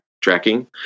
tracking